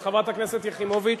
חברת הכנסת יחימוביץ,